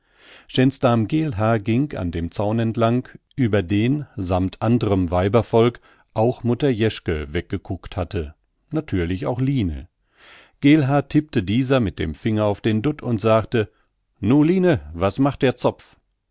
geelhaar ging an dem zaun entlang über den sammt andrem weibervolk auch mutter jeschke weggekuckt hatte natürlich auch line geelhaar tippte dieser mit dem finger auf den dutt und sagte nu line was macht der zopf